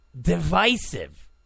divisive